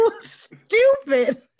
Stupid